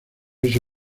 ese